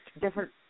different